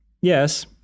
Yes